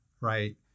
right